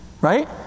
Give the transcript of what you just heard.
right